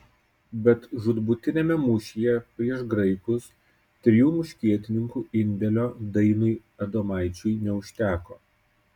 bet žūtbūtiniame mūšyje prieš graikus trijų muškietininkų indėlio dainiui adomaičiui neužteko